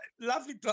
lovely